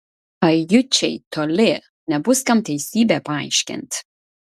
ajučiai toli nebus kam teisybę paaiškint